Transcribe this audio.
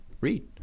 read